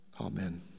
Amen